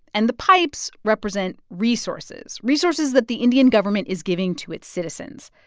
and the pipes represent resources resources that the indian government is giving to its citizens.